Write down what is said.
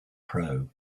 pro